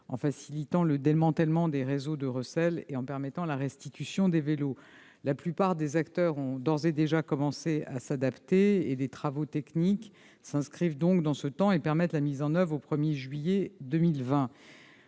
en facilitant le démantèlement des réseaux de recel et de permettre la restitution des vélos. La plupart des acteurs ont d'ores et déjà commencé à s'adapter. Les travaux techniques s'inscrivent donc dans ce temps et permettent la mise en oeuvre de la mesure au 1 juillet 2020.